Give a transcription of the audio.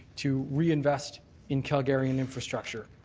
to reinvest in calgarian infrastructure.